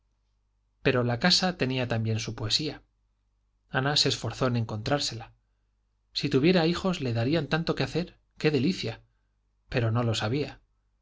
pero la casa tenía también su poesía ana se esforzó en encontrársela si tuviera hijos le darían tanto que hacer qué delicia pero no los había